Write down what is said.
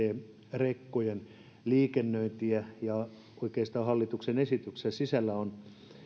rekkojen liikennöintiä ja oikeastaan hallituksen esityksen sisällä on